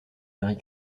marie